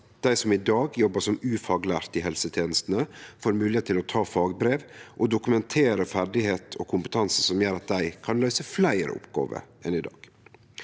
dei som i dag jobbar som ufaglærte i helsetenestene, får moglegheit til å ta fagbrev og dokumentere ferdigheit og kompetanse som gjer at dei kan løyse fleire oppgåver enn i dag.